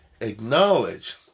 acknowledge